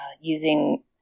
using